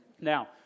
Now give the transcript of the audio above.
Now